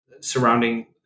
surrounding